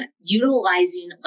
utilizing